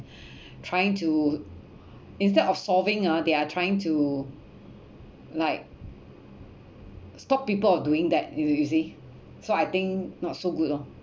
trying to instead of solving ah they are trying to like stop people of doing that you you see so I think not so good lor